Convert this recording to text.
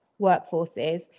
workforces